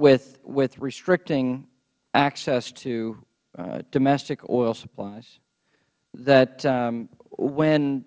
with restricting access to domestic oil supplies that when